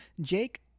Jake